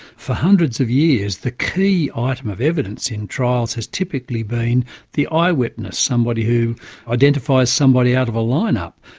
for hundreds of years, the key ah item of evidence in trials has typically been the eye-witness, somebody who identifies somebody out of a line-up.